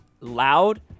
loud